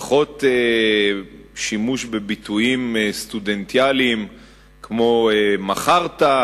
פחות שימוש בביטויים סטודנטיאליים כמו מכרת,